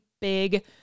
big